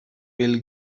بیل